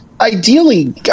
Ideally